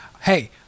Hey